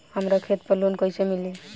हमरा खेत पर लोन कैसे मिली?